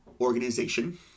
organization